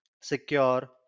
secure